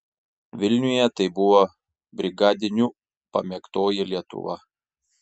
vilniuje tai buvo brigadinių pamėgtoji lietuva